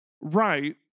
right